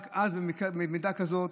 רק אז, במידה כזאת.